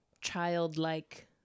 childlike